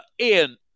Ian